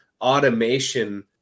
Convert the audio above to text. automation